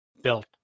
built